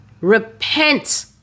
Repent